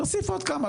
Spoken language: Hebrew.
נוסיף עוד כמה,